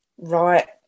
Right